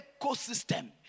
ecosystem